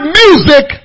music